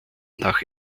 nach